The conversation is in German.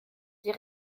der